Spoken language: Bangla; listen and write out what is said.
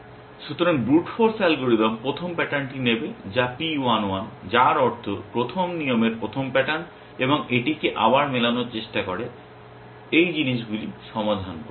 সুতরাং ব্রুট ফোর্স অ্যালগরিদম প্রথম প্যাটার্নটি নেবে যা P 1 1 যার অর্থ প্রথম নিয়মের প্রথম প্যাটার্ন এবং এটিকে আবার মেলানোর চেষ্টা করে এই জিনিসগুলি সমাধান করুন